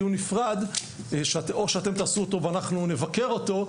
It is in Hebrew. נפרד או שאתם תעשו אותו ואנחנו נבקר אותו,